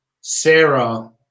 Sarah